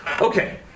Okay